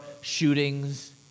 shootings